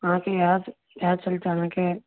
अहाँके याद इहए चलते अहाँके